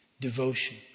devotion